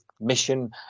mission